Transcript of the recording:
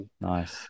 Nice